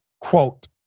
quote